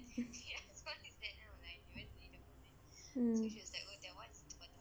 mm